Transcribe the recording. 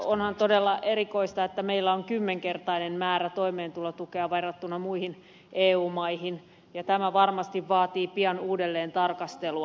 onhan todella erikoista että meillä on kymmenkertainen määrä toimeentulotukea verrattuna muihin eu maihin ja tämä varmasti vaatii pian uudelleentarkastelua